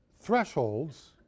thresholds